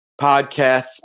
Podcasts